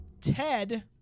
Ted